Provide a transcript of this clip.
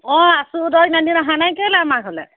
অঁ আছো তই ইমান দিন অহা নাই কেলেই আমাৰ ঘৰলৈ